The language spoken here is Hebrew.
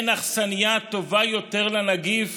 אין אכסניה טובה יותר לנגיף